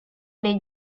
nei